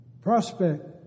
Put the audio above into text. prospect